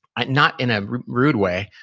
not in a rude way,